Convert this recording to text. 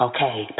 Okay